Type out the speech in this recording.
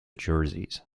jerseys